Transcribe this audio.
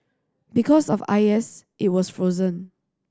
because of I S it was frozen